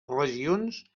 regions